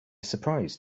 surprise